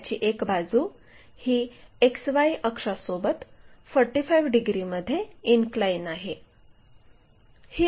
त्याची एक बाजू ही XY अक्षासोबत 45 डिग्रीमध्ये इनक्लाइन आहे